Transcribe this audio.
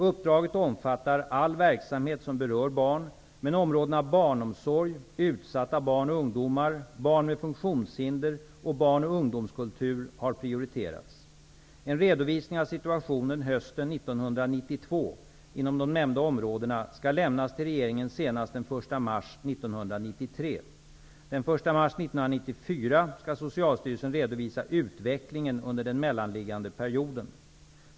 Uppdraget omfattar all verksamhet som berör barn, men områdena barnomsorg, utsatta barn och ungdomar, barn med funktionshinder och barn och undomskultur har prioriterats. En redovisning av situationen hösten 1992 inom de nämnda områdena skall lämnas till regeringen senast den 1 mars 1993. Den 1 mars 1994 skall Socialstyrelsen redovisa utvecklingen under den mellanliggande perioden.